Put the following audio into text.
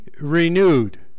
renewed